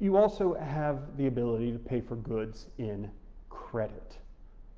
you also have the ability to pay for goods in credit